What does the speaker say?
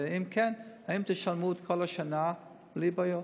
אם כן, האם תשלמו את כל השנה בלי בעיות?